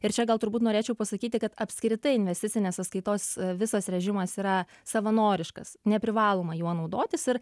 ir čia gal turbūt norėčiau pasakyti kad apskritai investicinės sąskaitos a visas režimas yra savanoriškas neprivaloma juo naudotis ir